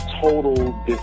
total